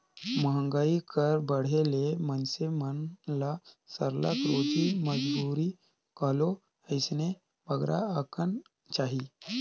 मंहगाई कर बढ़े ले मइनसे मन ल सरलग रोजी मंजूरी घलो अइसने बगरा अकन चाही